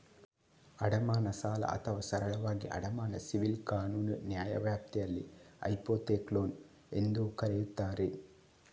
ಅಡಮಾನ ಸಾಲ ಅಥವಾ ಸರಳವಾಗಿ ಅಡಮಾನ ಸಿವಿಲ್ ಕಾನೂನು ನ್ಯಾಯವ್ಯಾಪ್ತಿಯಲ್ಲಿ ಹೈಪೋಥೆಕ್ಲೋನ್ ಎಂದೂ ಕರೆಯುತ್ತಾರೆ